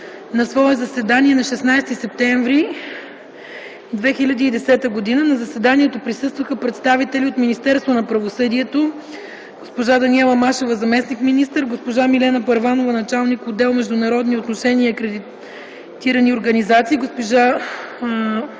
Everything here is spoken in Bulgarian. на свое заседание на 16 септември 2010 г. „На заседанието присъстваха представители от Министерство на правосъдието – госпожа Даниела Машева – заместник-министър, госпожа Милена Първанова – началник отдел „Международни отношения и акредитирани организации”, госпожа